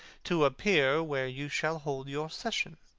to appear where you shall hold your session.